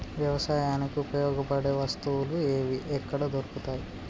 వ్యవసాయానికి ఉపయోగపడే వస్తువులు ఏవి ఎక్కడ దొరుకుతాయి?